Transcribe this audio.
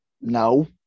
No